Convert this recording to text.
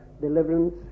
deliverance